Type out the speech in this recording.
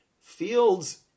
Fields